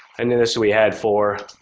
and in this, we had four